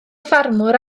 ffarmwr